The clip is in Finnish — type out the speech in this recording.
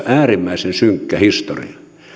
äärimmäisen synkkä historia